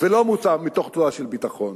ולא מתוך תחושה של ביטחון.